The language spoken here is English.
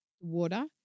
water